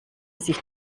sich